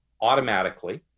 automatically